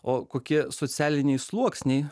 o kokie socialiniai sluoksniai